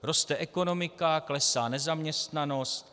Roste ekonomika, klesá nezaměstnanost.